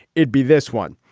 it be this one.